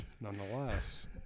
Nonetheless